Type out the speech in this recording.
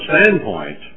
standpoint